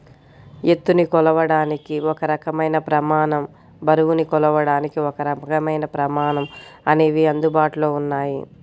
ఎత్తుని కొలవడానికి ఒక రకమైన ప్రమాణం, బరువుని కొలవడానికి ఒకరకమైన ప్రమాణం అనేవి అందుబాటులో ఉన్నాయి